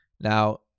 Now